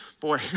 Boy